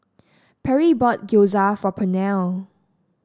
Perry bought Gyoza for Pernell